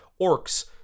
orcs